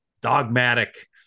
dogmatic